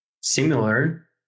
similar